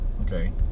Okay